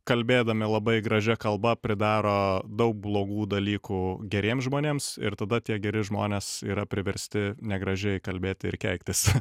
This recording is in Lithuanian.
kalbėdami labai gražia kalba pridaro daug blogų dalykų geriems žmonėms ir tada tie geri žmonės yra priversti negražiai kalbėti ir keiktis